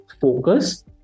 focus